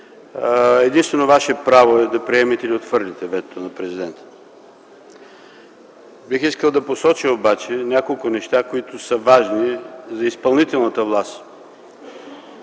Единствено ваше право е да приемете или да отхвърлите ветото на Президента. Бих искал да посоча обаче няколко неща, които са важни за изпълнителната власт.